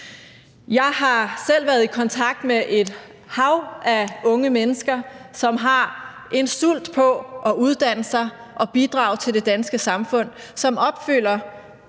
Jeg har selv været i kontakt med et hav af unge mennesker, som har en sult på at uddanne sig og bidrage til det danske samfund, og som opfylder